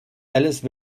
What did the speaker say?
alice